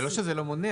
זה לא שזה לא מונע,